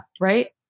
Right